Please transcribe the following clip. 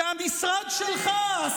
והמשרד שלך,